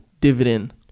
dividend